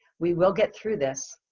we will get through this.